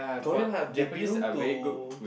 correct lah they belong to